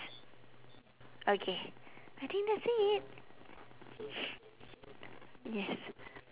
okay I think that's it yes